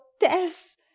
death